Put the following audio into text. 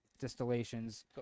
distillations